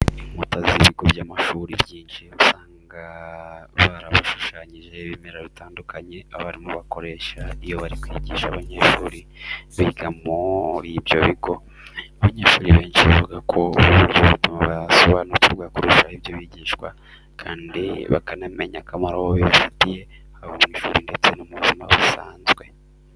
Inkuta z'ibigo by'amashuri byinshi usanga barashushanyijeho ibimera bitandukanye abarimu bakoresha iyo bari kwigisha abanyeshuri biga muri ibyo bigo. Abanyeshuri benshi bavuga ko ubu buryo butuma basobanukirwa kurushaho ibyo bigishwa kandi bakanamenya akamaro bibafitiye haba ku ishuri ndetse no mu buzima busanzwe.